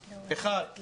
לסיכום: אחד,